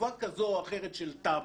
תקופה כזו או אחרת של תמ"א".